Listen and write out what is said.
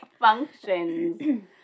functions